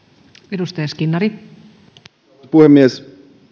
arvoisa puhemies